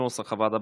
כנוסח הוועדה.